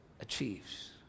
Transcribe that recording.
achieves